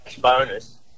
bonus